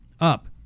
up